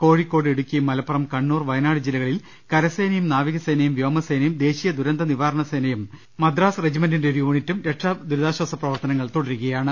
Kozhikode Idukki Malappuram Kannur Wayanad ജില്ലകളിൽ കരസേനയും ന്യാവികസേനയും വ്യോമസേനയും ദേശീയ ദുരന്തനിവാരണ സേനയും മദ്രാസ് റജി മെന്റിന്റെ ഒരു യൂണിറ്റും രക്ഷാദുരിതാശ്വാസ പ്രവർത്തനങ്ങൾ തുട രുകയാണ്